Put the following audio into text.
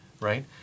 right